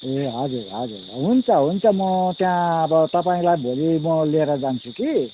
ए हजुर हजुर हुन्छ हुन्छ म त्यहाँ अब तपाईँलाई भोलि म लिएर जान्छु कि